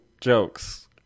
jokes